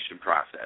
process